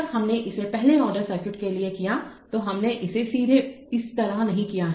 जब हमने इसे पहले ऑर्डर सर्किट के लिए कियातो हमने इसे सीधे इस तरह नहीं किया हैं